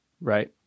Right